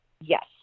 Yes